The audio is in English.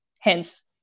hence